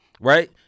right